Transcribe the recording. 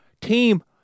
team